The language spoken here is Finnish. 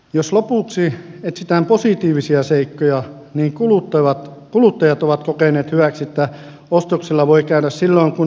jos lopuksi etsitään positiivisia seikkoja niin kuluttajat ovat kokeneet hyväksi että ostoksilla voi käydä silloin kun aikaa on